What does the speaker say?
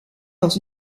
dans